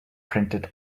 printed